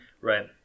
Right